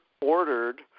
ordered